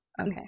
okay